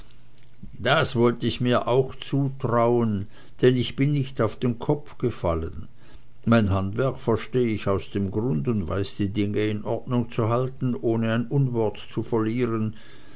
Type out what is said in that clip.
das wollt ich mir auch zutrauen denn ich bin nicht auf den kopf gefallen mein handwerk versteh ich aus dem grund und weiß die dinge in ordnung zu halten ohne ein unwort zu verlieren